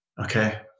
Okay